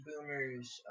boomers